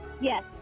Yes